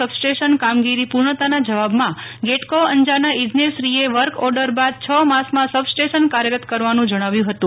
સબ station કામગીરી પૂર્ણતાના જવાબમાં ગેટકો અંજારના ઈજનેરશ્રીએ વર્કઓર્ડર બાદ છ માસમાં સબ સ્ટેશન કાર્યરત કરવાનું જણાવ્યું હતું